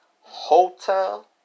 hotel